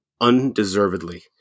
undeservedly